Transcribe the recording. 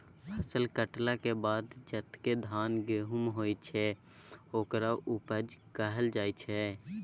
फसल कटलाक बाद जतेक धान गहुम होइ छै ओकरा उपजा कहल जाइ छै